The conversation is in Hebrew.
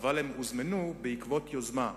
אבל הם הוזמנו בעקבות יוזמה,